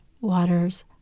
waters